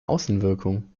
außenwirkung